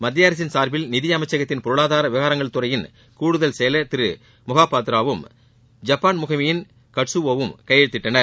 மத்திய அரசின் சார்பில் நிதியமைச்சகத்தின் பொருளாதார விவகாரங்கள் துறையின் கூடுதல் செயலர் திரு மொஹாபாத்ராவும் ஜப்பான் முகமையின் கட்சூவோவும் கையெழுத்திட்டனர்